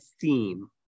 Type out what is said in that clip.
theme